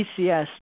PCS